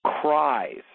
cries